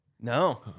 No